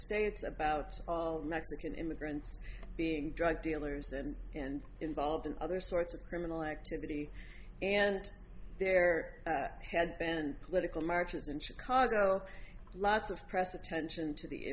states about mexican immigrants being drug dealers and and involved in other sorts of criminal activity and there had been political marches in chicago lots of press attention to the